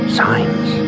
signs